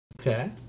Okay